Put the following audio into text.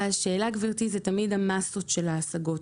השאלה, גברתי, אלה תמיד המסות של ההשגות.